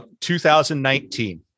2019